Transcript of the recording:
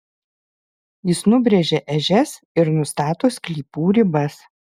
jis nubrėžia ežias ir nustato sklypų ribas